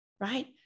right